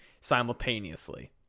simultaneously